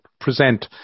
present